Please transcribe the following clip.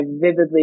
vividly